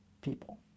people